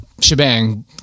shebang